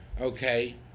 okay